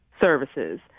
services